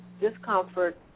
discomfort